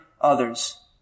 others